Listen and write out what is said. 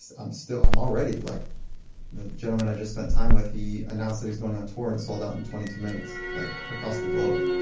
so i'm still, i'm already like the gentleman i just spent with, he announced that he's going on tour and it sold out in twenty two minutes. like across the globe.